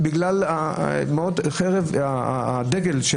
בגלל הדגל של